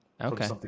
Okay